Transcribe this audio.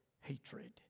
hatred